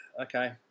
Okay